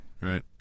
Right